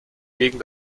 gegen